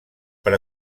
per